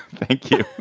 thank you